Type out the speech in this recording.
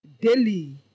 daily